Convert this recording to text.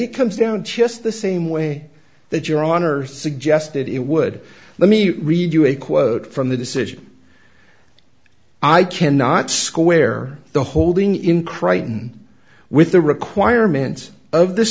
it comes down to just the same way that your honor suggested it would let me read you a quote from the decision i cannot square the holding in crighton with the requirements of th